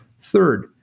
Third